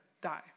die